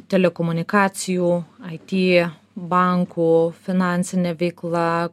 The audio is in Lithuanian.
telekomunikacijų it bankų finansinė veikla